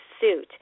suit